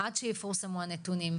עד שיפורסמו הנתונים,